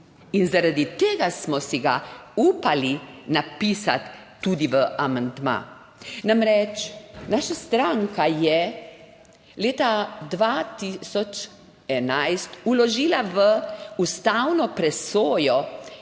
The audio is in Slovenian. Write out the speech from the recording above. in zaradi tega smo si ga upali napisati tudi v amandma. Namreč, naša stranka je leta 2011 vložila v ustavno presojo